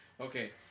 Okay